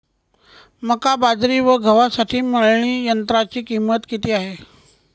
मका, बाजरी व गव्हासाठी मळणी यंत्राची किंमत किती आहे?